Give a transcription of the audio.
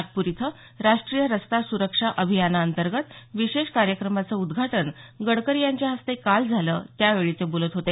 नागपूर इथं राष्ट्रीय रस्ता सुरक्षा अभियानाअंतर्गत विशेष कार्यक्रमाचं उद्घाटन गडकरी यांच्या हस्ते काल झालं त्यावेळी ते बोलत होते